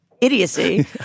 idiocy